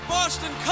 Boston